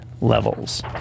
levels